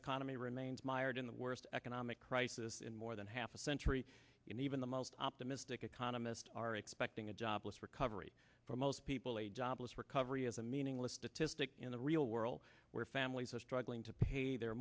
economy remains mired in the worst economic crisis in more than half a century and even the most optimistic economists are expecting a jobless recovery for most people a jobless recovery is a meaningless statistic in the real world where families are struggling to pay their